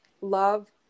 Love